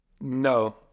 No